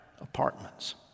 apartments